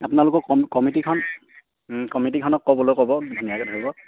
আপোনালোকৰ কমিটিখন কমিটিখনক ক'বলৈ ক'ব ধুনীয়াকৈ ধৰিব